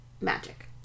magic